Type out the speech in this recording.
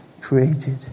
created